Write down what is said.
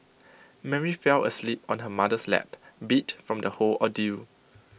Mary fell asleep on her mother's lap beat from the whole ordeal